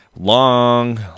long